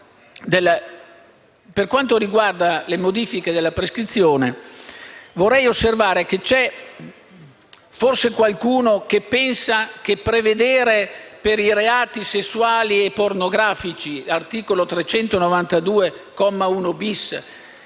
per quanto riguarda le modifiche della prescrizione, vorrei osservare che c'è forse qualcuno che pensa che prevedere per i reati sessuali e pornografici - articolo 392,